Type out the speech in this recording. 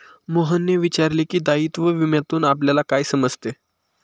मोहनने विचारले की, दायित्व विम्यातून आपल्याला काय समजते?